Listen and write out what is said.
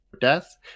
death